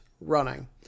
running